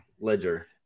ledger